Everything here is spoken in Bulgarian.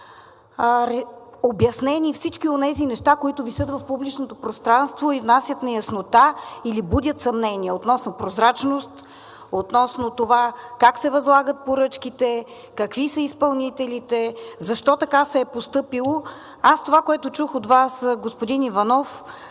обяснени всички тези неща, които висят в публичното пространство и внасят неяснота или будят съмнения относно прозрачност, относно това как се възлагат поръчките, какви са изпълнителите, защо така се е постъпило. Аз това, което чух от Вас, господин Иванов,